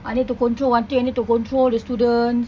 I need to control what I need to control the students